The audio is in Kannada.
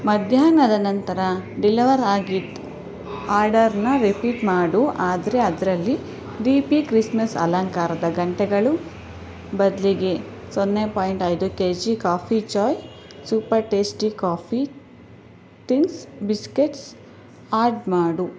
ಮಧ್ಯಾಹ್ನದ ನಂತರ ಡಿಲವರ್ ಆಗಿದ್ದ ಆರ್ಡರ್ನ ರಿಪೀಟ್ ಮಾಡು ಆದರೆ ಅದರಲ್ಲಿ ಡಿ ಪಿ ಕ್ರಿಸ್ಮಸ್ ಅಲಂಕಾರದ ಗಂಟೆಗಳು ಬದಲಿಗೆ ಸೊನ್ನೆ ಪಾಯಿಂಟ್ ಐದು K G coffee joy super tasty coffee thins biscuits add ಮಾಡು